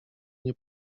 nie